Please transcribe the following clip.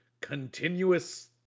continuous